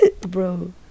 bro